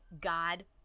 God